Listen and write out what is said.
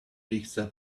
pixel